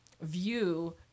view